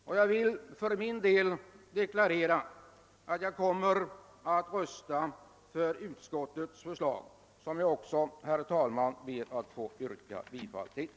För min del vill jag deklarera, att jag kommer att rösta för utskottets förslag, som jag nu ber att få yrka bifall till.